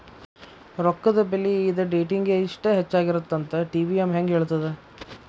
ರೊಕ್ಕದ ಬೆಲಿ ಇದ ಡೇಟಿಂಗಿ ಇಷ್ಟ ಹೆಚ್ಚಾಗಿರತ್ತಂತ ಟಿ.ವಿ.ಎಂ ಹೆಂಗ ಹೇಳ್ತದ